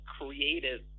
creative